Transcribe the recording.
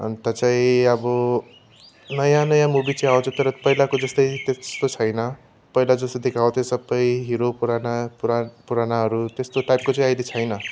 अन्त चाहिँ अब नयाँ नयाँ मुभी चाहिँ आउँछ तर पहिलाको जस्तो त्यस्तो छैन पहिला जस्तो देखाउँथ्यो सबै हिरो पुराना पुरानाहरू त्यस्तो टाइपको चाहिँ अहिले छैन